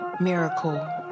miracle